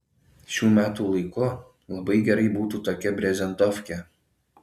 šiu metų laiku labai gerai būtų tokia brezentofkė